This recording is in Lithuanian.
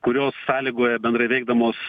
kurios sąlygoja bendrai veikdamos